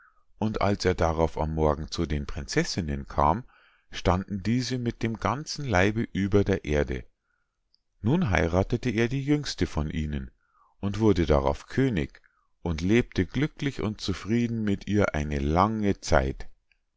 und als er darauf am morgen zu den prinzessinnen kam standen diese mit dem ganzen leibe über der erde nun heirathete er die jüngste von ihnen und wurde darauf könig und lebte glücklich und zufrieden mit ihr eine lange zeit